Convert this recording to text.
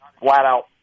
flat-out